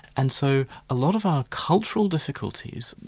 and so a lot of our cultural difficulties,